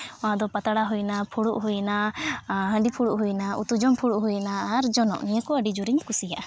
ᱟᱫᱚ ᱯᱟᱛᱲᱟ ᱦᱩᱭᱱᱟ ᱯᱷᱩᱲᱩᱜ ᱦᱩᱭᱱᱟ ᱦᱟᱺᱰᱤ ᱯᱷᱩᱲᱩᱜ ᱦᱩᱭᱱᱟ ᱩᱛᱩ ᱡᱚᱢ ᱯᱷᱩᱲᱩᱜ ᱦᱩᱭᱱᱟ ᱟᱨ ᱡᱚᱱᱚᱜ ᱱᱤᱭᱟᱹ ᱠᱚ ᱟᱹᱰᱤ ᱡᱳᱨᱤᱧ ᱠᱩᱥᱤᱭᱟᱜᱼᱟ